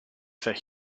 for